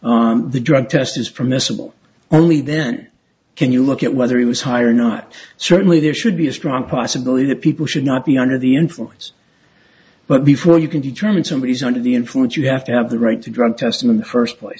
on the drug test is permissible only then can you look at whether he was higher not certainly there should be a strong possibility that people should not be under the influence but before you can determine somebody is under the influence you have to have the right to drug testament first place